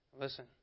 Listen